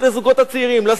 לסטודנטים האלה,